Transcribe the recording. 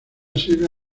sirve